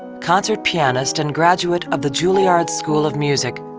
concert pianist and graduate of the julliard school of music,